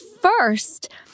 First